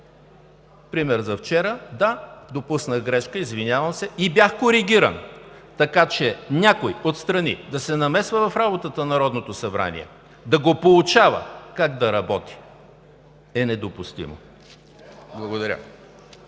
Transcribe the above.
Пример от вчера – да, допуснах грешка, извинявам се! Бях коригиран. Така че някой отстрани да се намесва в работата на Народното събрание, да го поучава как да работи е недопустимо. Благодаря.